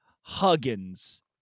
Huggins